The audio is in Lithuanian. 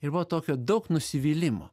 ir buvo tokio daug nusivylimo